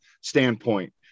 standpoint